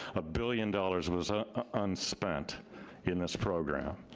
a billion dollars was unspent in this program.